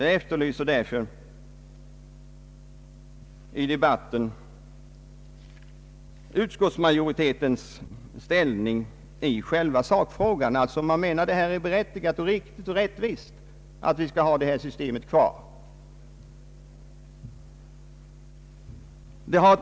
Jag efterlyser därför i debatten en upplysning om utskottsmajoritetens ställning i själva sakfrågan, d.v.s. om man menar att det är berättigat, riktigt och rättvist att ha detta system kvar.